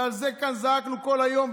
ועל זה זעקנו כאן כל היום,